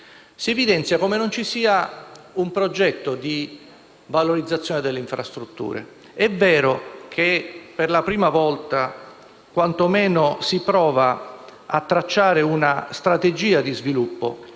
si evidenzia come non ci sia un progetto di valorizzazione. È vero che, per la prima volta, quantomeno si prova a tracciare una strategia di sviluppo